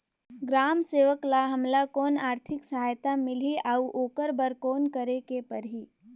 ग्राम सेवक ल हमला कौन आरथिक सहायता मिलही अउ ओकर बर कौन करे के परही?